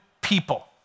people